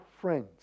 friends